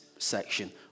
section